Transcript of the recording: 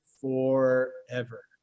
forever